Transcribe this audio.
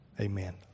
Amen